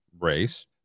race